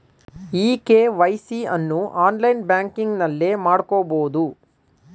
E KYC ಅನ್ನು online ಬ್ಯಾಂಕಿಂಗ್ನಲ್ಲೇ ಮಾಡ್ಕೋಬೋದು